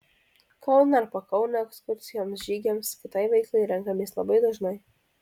kauną ir pakaunę ekskursijoms žygiams kitai veiklai renkamės labai dažnai